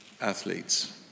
athletes